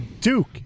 Duke